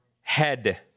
head